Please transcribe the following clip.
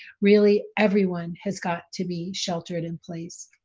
really everyone has got to be sheltered in place,